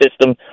system